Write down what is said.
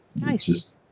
Nice